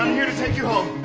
here to take you home.